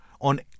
on